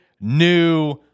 new